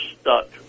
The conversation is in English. stuck